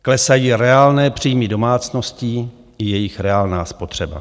Klesají reálné příjmy domácností i jejich reálná spotřeba.